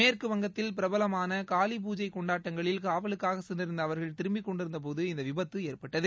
மேற்கு வங்கத்தில் பிரபலமான காளி பூஜை கொண்டாட்டங்களில் காவலுக்காக சென்றிருந்த அவர்கள் திரும்பிக்கொண்டிருந்தபோது இந்த விபத்து ஏற்பட்டது